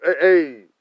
hey